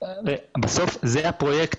בסוף זה הפרויקט,